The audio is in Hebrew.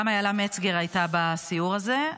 גם אילה מצגר הייתה בסיור הזה.